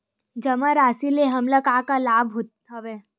जमा राशि ले हमला का का लाभ हवय?